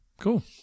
Cool